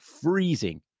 freezing